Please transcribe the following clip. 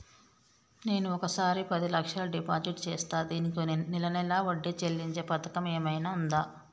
నేను ఒకేసారి పది లక్షలు డిపాజిట్ చేస్తా దీనికి నెల నెల వడ్డీ చెల్లించే పథకం ఏమైనుందా?